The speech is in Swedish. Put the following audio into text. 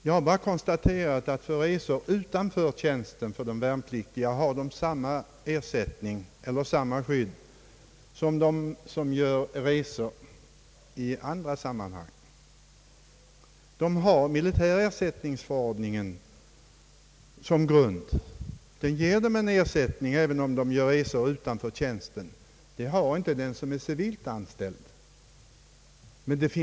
Jag har bara konstaterat att vid resor utanför tjänsten har de värnpliktiga samma skydd som den som gör resor i andra sammanhang. De har militära ersättningsförordningen som grund. Den ger dem ersättning även vid resor utanför tjänsten. Någon sådan ersättning har inte den som är civilt anställd.